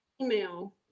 email